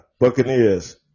Buccaneers